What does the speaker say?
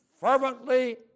fervently